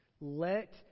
Let